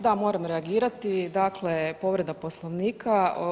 Da, moram reagirati, dakle povreda Poslovnika.